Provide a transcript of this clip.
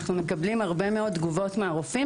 אנחנו מקבלים הרבה מאוד תגובות מהרופאים